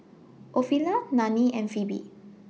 Ofelia Nannie and Phoebe